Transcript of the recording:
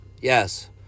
Yes